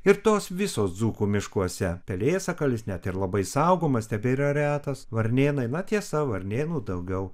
ir tos visos dzūkų miškuose pelėsakalis net ir labai saugomas tebėra retas varnėnai na tiesa varnėnų daugiau